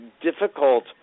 difficult